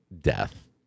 death